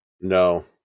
No